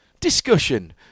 discussion